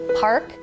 park